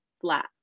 flat